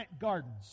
gardens